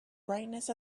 brightness